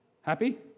Happy